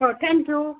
हो थँक्यू